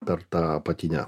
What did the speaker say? per tą apatinę